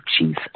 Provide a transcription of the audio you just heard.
Jesus